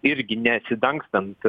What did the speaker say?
irgi nesidangstant